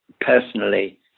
personally